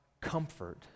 comfort